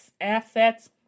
assets